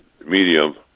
medium